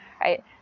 right